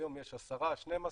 היום יש עשרה, 12